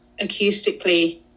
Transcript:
acoustically